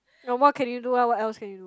what can you do well what else can you do